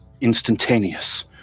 instantaneous